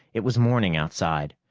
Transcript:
it was morning outside,